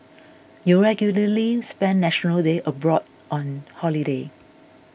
you regularly spend National Day abroad on holiday